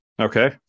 Okay